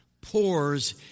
pours